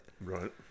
right